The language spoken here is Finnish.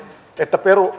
että